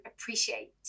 appreciate